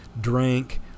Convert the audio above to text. drank